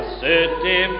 city